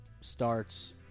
starts